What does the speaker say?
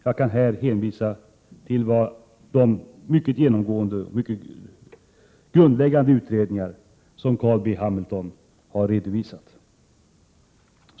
Jag kan här hänvisa till de mycket genomträngande och grundliga utredningar som Carl B. Hamilton har utfört.